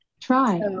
Try